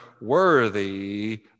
worthy